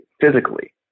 physically